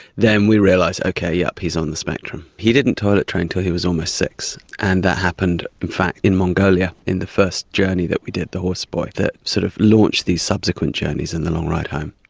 then we realised, okay, yes, he's on the spectrum. he didn't toilet train until he was almost six, and that happened in fact in mongolia in the first journey that we did, the horse boy, that sort of launched these subsequent journeys in the long ride home.